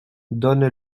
donne